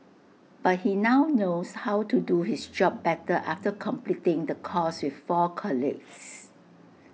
but he now knows how to do his job better after completing the course with four colleagues